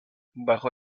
bajo